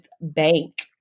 bank